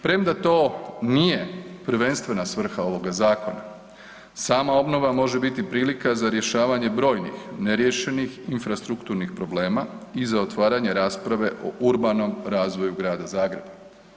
Premda to nije prvenstvena svrha ovoga zakona, sama obnova može biti prilika za rješavanje brojnih neriješenih infrastrukturnih problema i za otvaranje rasprave o urbanom razvoju grada Zagreba.